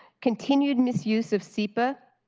continued misuse of sepa,